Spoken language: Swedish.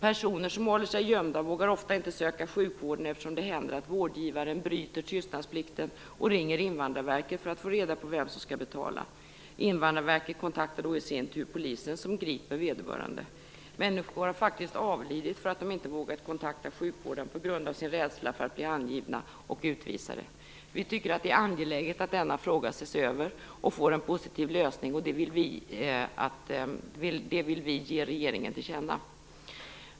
Personer som håller sig gömda vågar ofta inte uppsöka sjukvården, eftersom det händer att vårdgivaren bryter tystnadsplikten och ringer Invandrarverket för att få reda på vem som skall betala. Invandrarverket kontaktar då i sin tur polisen, som griper vederbörande. Människor har faktiskt avlidit därför att de inte vågat kontakta sjukvården på grund av sin rädsla för att bli angivna och utvisade. Vi tycker att det är angeläget att denna fråga ses över och får en positiv lösning, och det vill vi ge regeringen till känna.